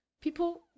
People